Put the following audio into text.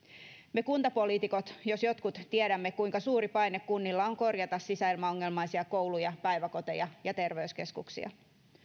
me kuntapoliitikot jos jotkut tiedämme kuinka suuri paine kunnilla on korjata sisäilmaongelmaisia kouluja päiväkoteja ja terveyskeskuksia